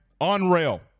Unreal